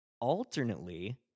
Alternately